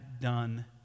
done